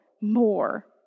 more